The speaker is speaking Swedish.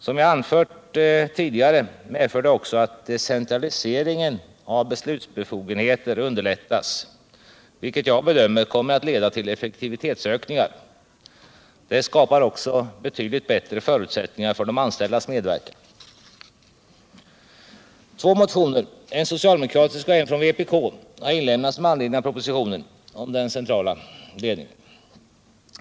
Som jag anfört tidigare medför det också att decentraliseringen av beslutsbefogenheter underlättas, vilket jag bedömer kommer att leda till effektivitetsökningar. Det skapar också bättre förutsättningar för de anställdas medverkan. Två motioner, en socialdemokratisk och en från vpk, har inlämnats med anledning av propositionen om den centrala ledningen.